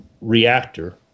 reactor